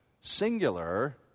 singular